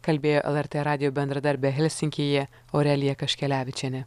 kalbėjo lrt radijo bendradarbė helsinkyje aurelija kaškelevičienė